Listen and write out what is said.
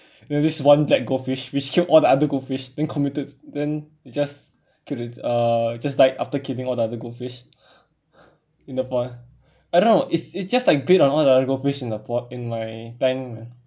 then this one black goldfish which killed all the other goldfish then committed s~ then it just kill it's uh just died after killing all the other goldfish in the I don't know it's it's just like bit on all the other goldfish in the pon~ in my tank ah